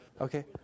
Okay